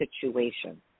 situation